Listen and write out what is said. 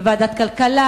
בוועדת הכלכלה?